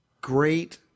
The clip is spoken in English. great